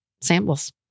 samples